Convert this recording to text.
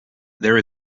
there